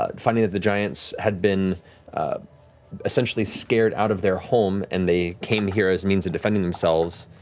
ah finding that the giants had been essentially scared out of their home and they came here as means of defending themselves,